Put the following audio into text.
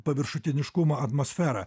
paviršutiniškumo atmosfera